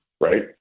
right